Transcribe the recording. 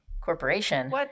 corporation